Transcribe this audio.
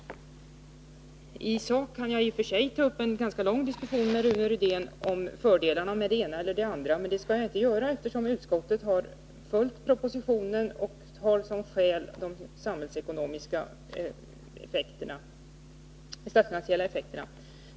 I sak kan jag i och för sig ta upp en ganska lång diskussion med Rune Rydén om fördelarna med det ena eller det andra huvudmannaskapet för vårdutbildningarna. Men det gör jag inte, eftersom utskottet har följt propositionen och som skäl anfört de statsfinansiella effekterna.